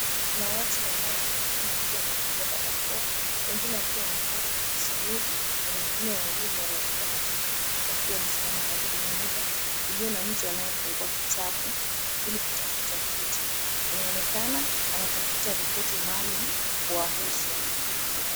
Kuna watu wanaoonekana wakiwa wamevalia barakoa, wengine wakiwa wamekaa kwa wakisubiri na mwingine wawili wanaonekana wakiwa wamesimama karibu na meza iliyo na mtu anayefungua kitabu, ili kutafuta kitu. Inaonekana anatafuta ripoti maalum kuwahusu.